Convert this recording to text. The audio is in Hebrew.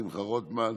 שמחה רוטמן,